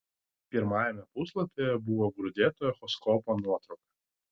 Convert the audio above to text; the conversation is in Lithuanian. pirmajame puslapyje buvo grūdėta echoskopo nuotrauka